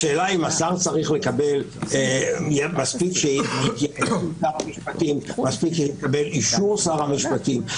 השאלה אם מספיק ששר יקבל אישור שר המשפטים,